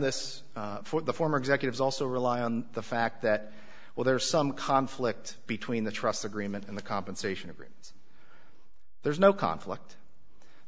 this for the former executives also rely on the fact that well there's some conflict between the trust agreement and the compensation agreements there's no conflict